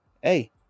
hey